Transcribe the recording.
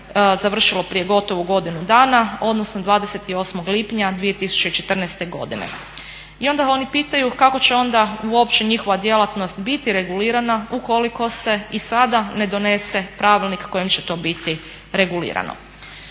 završilo prije gotovo godinu dana, odnosno 28.lipnja 2014.godine. I onda oni pitaju kako će onda u opće njihova djelatnost biti regulirana ukoliko se i sada ne donese pravilnik kojim će to biti regulirano.